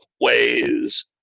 ways